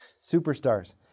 Superstars